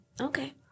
Okay